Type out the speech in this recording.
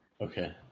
Okay